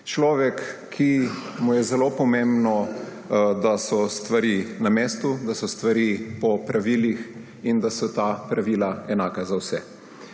Človek, ki mu je zelo pomembno, da so stvari na mestu, da so stvari po pravilih in da so ta pravila enaka za vse.